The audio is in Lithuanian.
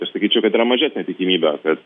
tai aš sakyčiau kad yra mažesnė tikimybė kad